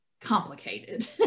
complicated